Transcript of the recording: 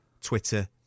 Twitter